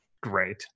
great